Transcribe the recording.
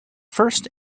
first